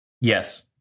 Yes